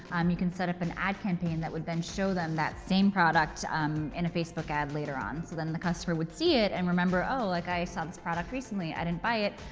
um you can set up an ad campaign that would then show them that same product in a facebook ad later on. so then the customer would see it and remember oh, like i saw this product recently, i didn't buy it,